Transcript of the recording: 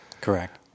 correct